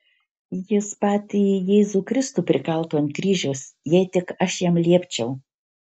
jis patį jėzų kristų prikaltų ant kryžiaus jei tik aš jam liepčiau